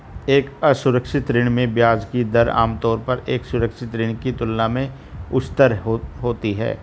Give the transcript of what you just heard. एक असुरक्षित ऋण में ब्याज की दर आमतौर पर एक सुरक्षित ऋण की तुलना में उच्चतर होती है?